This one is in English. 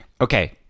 Okay